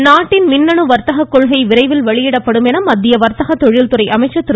சுரேஷ்பிரபு நாட்டின் மின்னணு வர்த்தக கொள்கை விரைவில் வெளியிடப்படும் என மத்திய வர்த்தக தொழில்துறை அமைச்சர் திரு